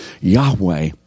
Yahweh